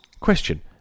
question